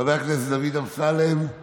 חבר הכנסת דוד אמסלם,